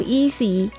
easy